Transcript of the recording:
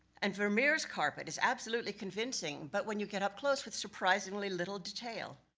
and vermeer's carpet is absolutely convincing, but when you get up close, with surprisingly little detail.